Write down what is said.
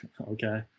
Okay